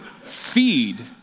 feed